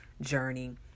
journey